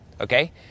Okay